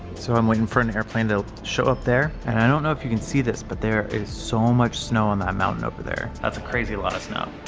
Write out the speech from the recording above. so i'm waiting for an airplane to show up there. and i don't know if you can see this but there is so much snow on that um mountain over there. that's a crazy-lot of snow.